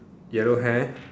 yellow hair